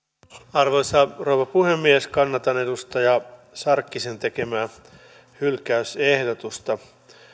arvoisa rouva puhemies kannatan edustaja sarkkisen tekemää hylkäysehdotusta